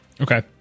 Okay